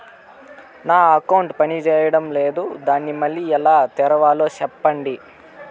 నా అకౌంట్ పనిచేయడం లేదు, దాన్ని మళ్ళీ ఎలా తెరవాలి? సెప్పండి